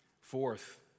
Fourth